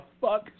fuck